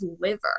liver